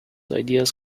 ideas